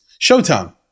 Showtime